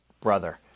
brother